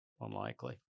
unlikely